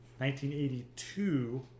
1982